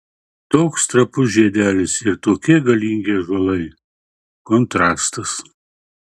toks trapus žiedelis ir tokie galingi ąžuolai kontrastas